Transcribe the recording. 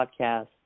podcast